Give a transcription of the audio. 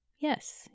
Yes